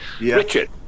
Richard